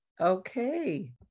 Okay